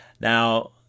Now